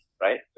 right